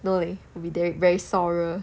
no leh we very sore